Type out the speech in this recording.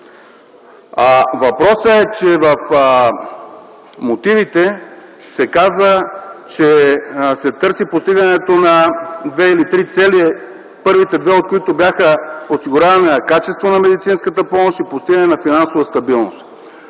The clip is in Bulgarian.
Въпросът е, че в мотивите се каза, че се търси постигането на две или три цели, първите две от които бяха осигуряване на качество на медицинската помощ и постигане на финансова стабилност.